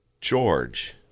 george